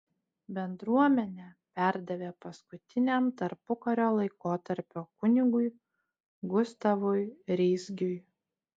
bendruomenę perdavė paskutiniam tarpukario laikotarpio kunigui gustavui reisgiui